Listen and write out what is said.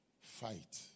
Fight